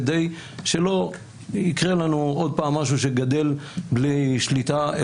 כדי שלא יקרה לנו עוד פעם משהו שגדל בלי שליטה.